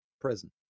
present